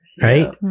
Right